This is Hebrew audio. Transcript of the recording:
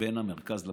בין המרכז לפריפריה.